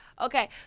Okay